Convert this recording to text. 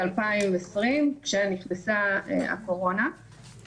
צריך לעמוד על הדבר הזה.